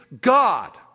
God